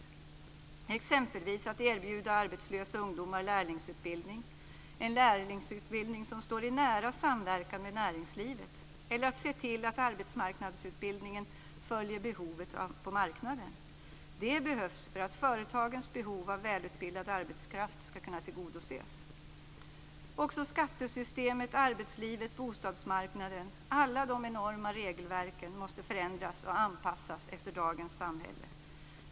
Man kan exempelvis erbjuda arbetslösa ungdomar en lärlingsutbildning i nära samverkan med näringslivet och se till att arbetsmarknadsutbildningen följer behovet på marknaden. Det behövs för att företagens behov av välutbildad arbetskraft ska kunna tillgodoses. Också skattesystemet, arbetslivet och bostadsmarknaden - alla de enorma regelverken - måste förändras och anpassas till dagens samhälle.